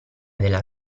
della